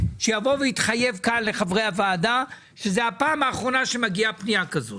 שיבוא ויתחייב כאן לחברי הוועדה שזו הפעם האחרונה שמגיעה פנייה כזאת.